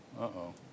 uh-oh